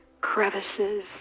crevices